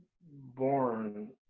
born